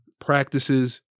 practices